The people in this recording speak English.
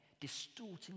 distorting